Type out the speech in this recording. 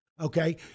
Okay